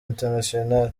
international